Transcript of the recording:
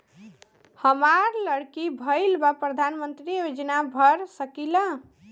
हमार लड़की भईल बा प्रधानमंत्री योजना भर सकीला?